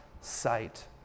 sight